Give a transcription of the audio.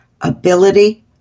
ability